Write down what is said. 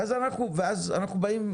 ואז אנחנו באים,